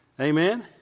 amen